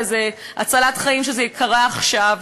וזה הצלת חיים שזה קרה עכשיו,